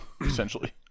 essentially